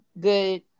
good